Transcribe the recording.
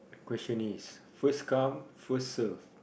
question is first come first serve